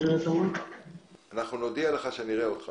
אני חושב שעשיתם נכון